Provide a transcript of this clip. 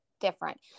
different